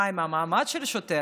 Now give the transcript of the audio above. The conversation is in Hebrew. מה עם המעמד של השוטר?